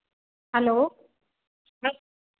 hello